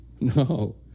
No